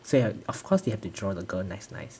so of course they have to draw the girl nice nice